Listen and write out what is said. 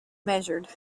measured